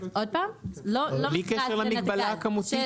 לא מכרז לנתג"ז,